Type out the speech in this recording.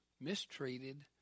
mistreated